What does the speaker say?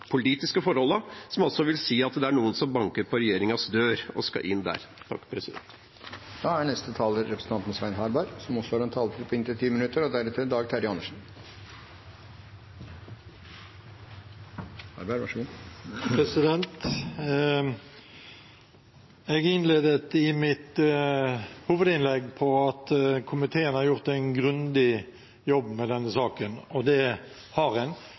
som vil si at det er noen som banker på regjeringens dør, og som skal inn der. Jeg innledet mitt hovedinnlegg med at komiteen har gjort en grundig jobb med denne saken, og det har den. Det gjenspeiler seg også i de innleggene som har vært fra komiteens medlemmer, og det er godt, og det er viktig at det har